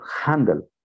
handle